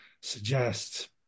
suggests